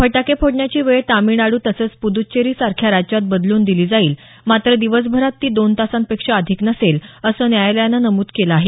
फटाके फोडण्याची वेळ तामिळनाडू तसंच पुद्दचेरी सारख्या राज्यात बदलून दिली जाईल मात्र दिवसभरात ती दोन तासांपेक्षा अधिक नसेल असं न्यायालयानं नमूद केलं आहे